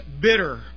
bitter